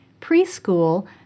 Preschool